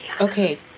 Okay